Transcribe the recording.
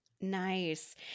Nice